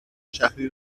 شهری